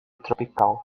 tropical